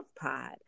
Pod